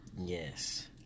Yes